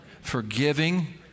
forgiving